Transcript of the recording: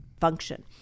function